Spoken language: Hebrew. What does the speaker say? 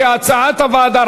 כהצעת הוועדה,